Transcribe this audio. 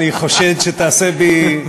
אני חושד שתעשה בי,